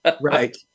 Right